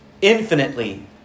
infinitely